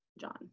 john